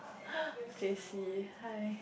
J_C hai